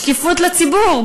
שקיפות לציבור.